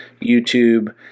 YouTube